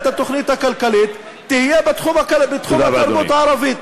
התוכנית הכלכלית תהיה בתחום התרבות הערבית.